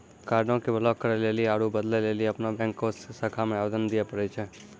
कार्डो के ब्लाक करे लेली आरु बदलै लेली अपनो बैंको के शाखा मे आवेदन दिये पड़ै छै